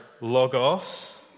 logos